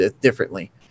differently